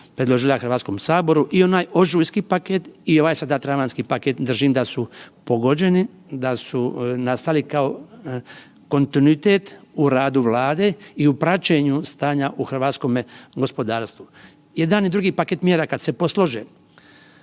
Hrvatskom saboru i onaj ožujski paket i ovaj sada travanjski paket držim da su pogođeni, da su nastali kao kontinuitet u radu Vlade i u praćenju stanja u hrvatskome gospodarstvu. Jedan i drugi paket mjera kad se poslože,